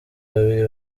babiri